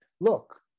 Look